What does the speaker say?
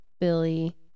billy